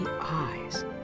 eyes